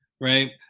right